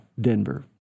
Denver